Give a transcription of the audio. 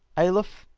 ailoffe,